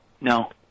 No